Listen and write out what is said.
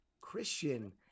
Christian